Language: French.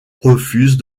refuse